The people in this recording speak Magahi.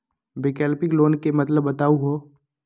वैकल्पिक लोन के मतलब बताहु हो?